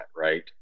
Right